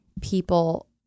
people